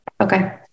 Okay